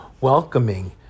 welcoming